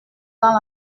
dans